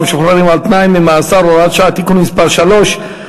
ומשוחררים על-תנאי ממאסר (הוראת שעה) (תיקון מס' 3),